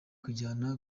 kujyana